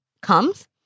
comes